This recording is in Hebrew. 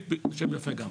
גם שם יפה,